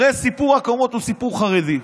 הרי הסיפור של הקומות הוא סיפור חרדי.